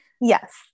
Yes